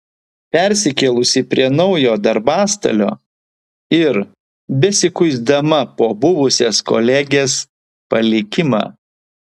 persikėlusi prie naujo darbastalio ir besikuisdama po buvusios kolegės palikimą